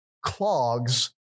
clogs